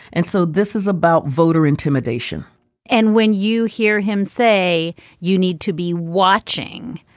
and so this is about voter intimidation and when you hear him say you need to be watching,